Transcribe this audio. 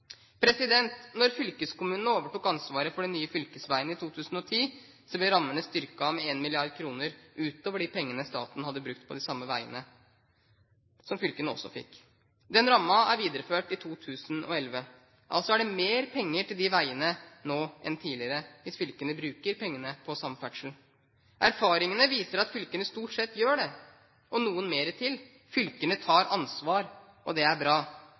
fylkeskommunene overtok ansvaret for de nye fylkesveiene i 2010, ble rammene styrket med 1 mrd. kr utover de pengene staten hadde brukt på de samme veiene, som fylkene også fikk. Denne rammen er videreført i 2011. Altså er det mer penger til de veiene nå enn tidligere, hvis fylkene bruker pengene på samferdsel. Erfaringene viser at fylkene stort sett gjør det, og noen mer til. Fylkene tar ansvar, og det er bra.